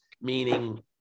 meaning